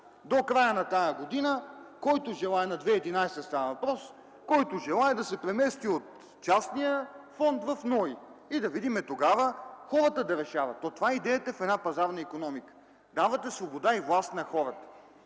до края на тази година, за 2011 г. става въпрос, който желае да се премести от частния фонд в НОИ и да видим тогава – хората да решават. Това е идеята в една пазарна икономика. Дава се свобода и власт на хората.